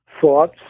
thoughts